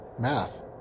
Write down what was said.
Math